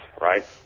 right